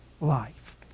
life